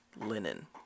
linen